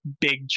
big